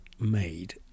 made